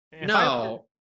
No